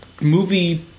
movie